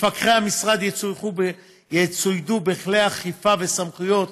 מפקחי המשרד יצוידו בכלי אכיפה וסמכויות